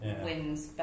Wins